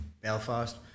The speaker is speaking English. Belfast